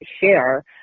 share